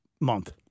month